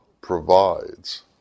provides